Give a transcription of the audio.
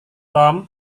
tom